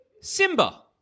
Simba